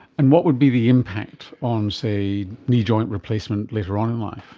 and what would be the impact on, say, knee joint replacement later on in life?